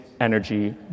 energy